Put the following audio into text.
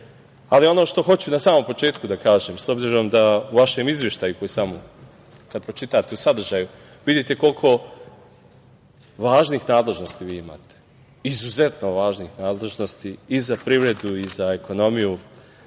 što hoću na samom početku da kažem, obzirom da vašem izveštaju kada pročitate u sadržaju, vidite koliko važnih nadležnosti vi imate. Izuzetno važnih nadležnosti i za privredu i za ekonomiju